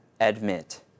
admit